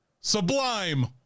sublime